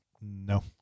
No